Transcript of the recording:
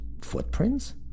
footprints